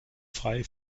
frei